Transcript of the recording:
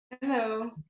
Hello